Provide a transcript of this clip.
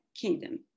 kingdom